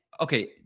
okay